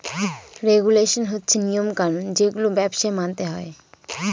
regulation হচ্ছে নিয়ম কানুন যেগুলো ব্যবসায় মানতে হয়